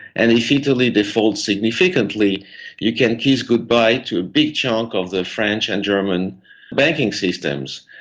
and if italy defaults significantly you can kiss goodbye to a big chunk of the french and german banking systems.